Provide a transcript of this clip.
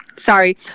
Sorry